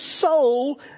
soul